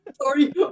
Sorry